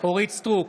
אורית מלכה סטרוק,